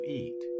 eat